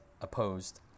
opposed